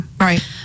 Right